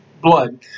blood